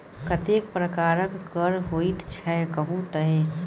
कतेक प्रकारक कर होइत छै कहु तए